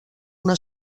una